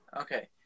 Okay